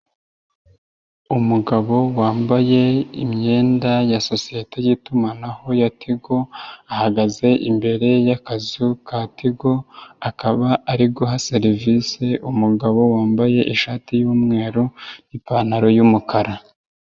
Umugabo wambaye imyenda ya sosiyete y'itumanaho ya Tigo ahagaze imbere y'akazu ka Tigo akaba ari guha serivisi umugabo wambaye ishati y'umweru n'ipantaro y'umukara.